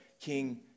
King